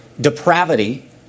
depravity